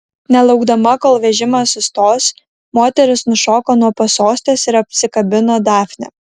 nelaukdama kol vežimas sustos moteris nušoko nuo pasostės ir apsikabino dafnę